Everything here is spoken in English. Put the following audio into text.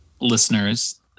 listeners